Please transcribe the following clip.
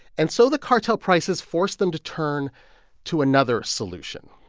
and so the cartel prices force them to turn to another solution.